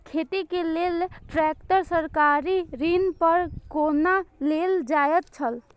खेती के लेल ट्रेक्टर सरकारी ऋण पर कोना लेल जायत छल?